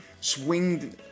swing